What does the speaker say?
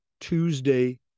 Tuesday